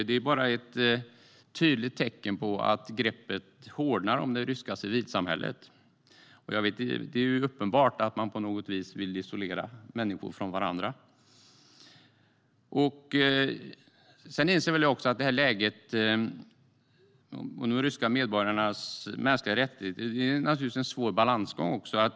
Det är bara ett tydligt tecken på att greppet hårdnar om det ryska civilsamhället. Det är uppenbart att man på något vis vill isolera människor från varandra. Sedan inser även jag att läget för de ryska medborgarnas mänskliga rättigheter naturligtvis är en svår balansgång.